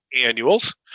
annuals